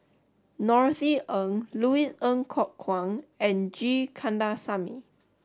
Norothy Ng Louis Ng Kok Kwang and G Kandasamy